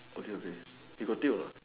okay okay he got tilt anot